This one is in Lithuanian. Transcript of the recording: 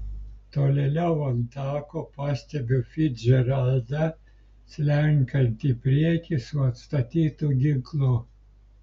tolėliau ant tako pastebiu ficdžeraldą slenkantį į priekį su atstatytu ginklu